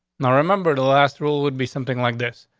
now, remember, the last rule would be something like this.